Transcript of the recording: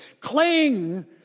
Cling